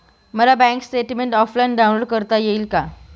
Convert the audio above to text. मला bank statement offline download करता येईल का?